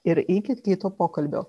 ir iki kito pokalbio